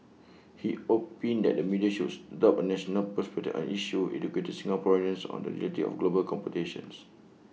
he opined that the media should adopt A national perspective on issues educating Singaporeans on the reality of global competition